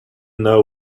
know